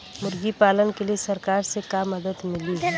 मुर्गी पालन के लीए सरकार से का मदद मिली?